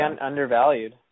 undervalued